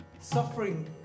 suffering